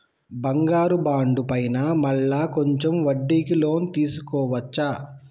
బంగారు బాండు పైన మళ్ళా కొంచెం వడ్డీకి లోన్ తీసుకోవచ్చా?